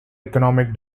economic